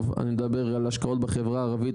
טוב אני אדבר על השקעות בחברה הערבית,